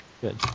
Good